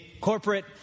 corporate